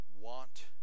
want